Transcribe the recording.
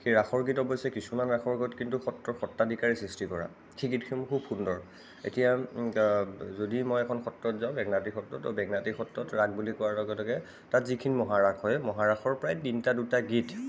সেই ৰাসৰ গীত অৱশ্যে কিছুমান ৰাসৰ গীত কিন্তু সত্ৰৰ সত্ৰাধিকাৰে সৃষ্টি কৰা সেই গীতসমূহ খুব সুন্দৰ এতিয়া যদি মই এখন সত্ৰত যাওঁ বেঙেনাটি সত্ৰ ত' বেঙেনাআটি সত্ৰত ৰাস বুলি কোৱাৰ লগে লগে তাত যিখিনি মহাৰাস হয় মহাৰাসৰ পৰাই তিনিটা দুটা গীত